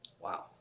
Wow